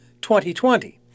2020